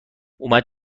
اومد